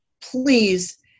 please